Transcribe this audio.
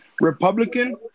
Republican